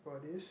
for this